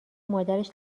مادرش